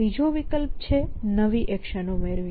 બીજો વિકલ્પ છે નવી એક્શન ઉમેરવી